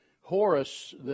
Horace